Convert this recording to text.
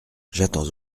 j’attends